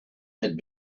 had